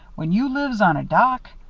when you lives on a dock?